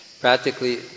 practically